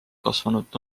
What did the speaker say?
kasvanud